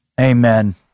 Amen